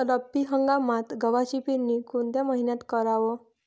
रब्बी हंगामात गव्हाची पेरनी कोनत्या मईन्यात कराव?